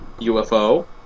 UFO